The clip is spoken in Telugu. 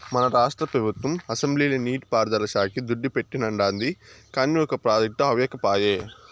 మన రాష్ట్ర పెబుత్వం అసెంబ్లీల నీటి పారుదల శాక్కి దుడ్డు పెట్టానండాది, కానీ ఒక ప్రాజెక్టు అవ్యకపాయె